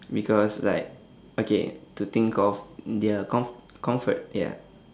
because like okay to think of their comf~ comfort ya